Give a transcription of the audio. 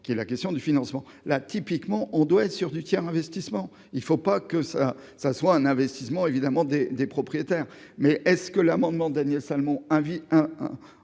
qui est la question du financement là typiquement, on doit être sûr du tiers investissement : il ne faut pas que ça, ça soit un investissement évidemment des des propriétaires mais est-ce que l'amendement Daniel Salmon hein